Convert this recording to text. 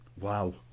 Wow